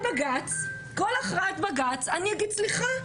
בכל הכרעת בג"ץ אני אגיד: סליחה,